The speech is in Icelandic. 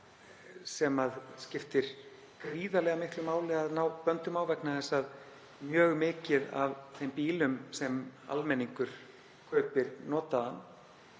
sem skiptir gríðarlega miklu máli að koma böndum yfir vegna þess að mjög mikið af þeim bílum sem almenningur kaupir notaða